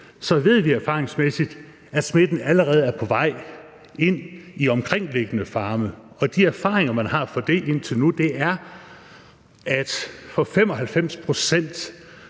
på en farm er smittet, så er smitten allerede på vej ind på de omkringliggende farme, og de erfaringer, man har fra det indtil nu, er, at for 95 pct.s